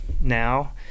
now